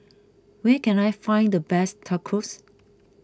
where can I find the best Tacos